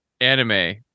anime